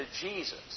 Jesus